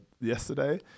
yesterday